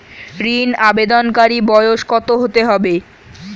ঋন আবেদনকারী বয়স কত হতে হবে?